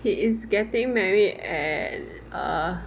he is getting married at err